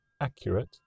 accurate